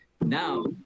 Now